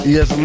Yes